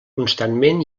constantment